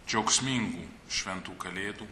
džiaugsmingų šventų kalėdų